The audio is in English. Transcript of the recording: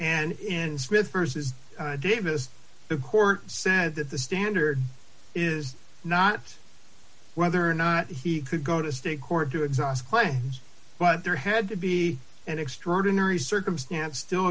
and in smith vs davis the court said that the standard is not whether or not he could go to state court to exhaust plays but there had to be an extraordinary circumstance still